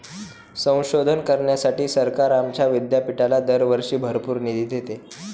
संशोधन करण्यासाठी सरकार आमच्या विद्यापीठाला दरवर्षी भरपूर निधी देते